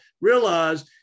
realize